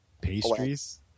pastries